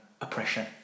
Oppression